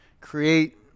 Create